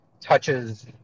touches